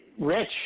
Rich